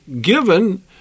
given